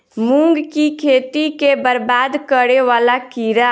मूंग की खेती केँ बरबाद करे वला कीड़ा?